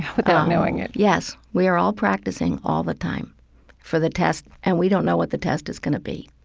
without knowing it yes. we are all practicing all the time for the test, and we don't know what the test is going to be.